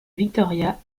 victoria